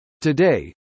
today